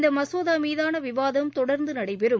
இந்த மசோதா மீதான விவாதம் தொடர்ந்து நடைபெறும்